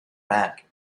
back